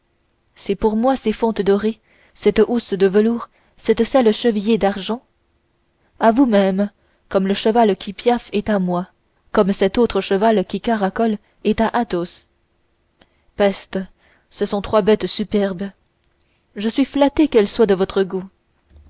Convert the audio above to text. c'est pour moi ces fontes dorées cette housse de velours cette selle chevillée d'argent à vous-même comme le cheval qui piaffe est à moi comme cet autre cheval qui caracole est à athos peste ce sont trois bêtes superbes je suis flatté qu'elles soient de votre goût